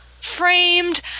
framed